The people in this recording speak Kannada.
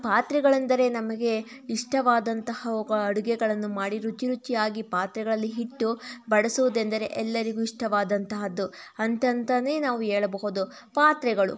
ಪಾತ್ರೆಗಳೆಂದರೆ ನಮಗೆ ಇಷ್ಟವಾದಂತಹ ಅಡುಗೆಗಳನ್ನು ಮಾಡಿ ರುಚಿ ರುಚಿಯಾಗಿ ಪಾತ್ರೆಗಳಲ್ಲಿ ಹಿಟ್ಟು ಬಡಸುವುದೆಂದರೆ ಎಲ್ಲರಿಗೂ ಇಷ್ಟವಾದಂತಹದ್ದು ಅಂತಲೇ ನಾವು ಹೇಳಬಹುದು ಪಾತ್ರೆಗಳು